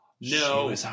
No